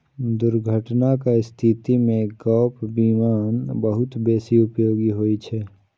दुर्घटनाक स्थिति मे गैप बीमा बहुत बेसी उपयोगी होइ छै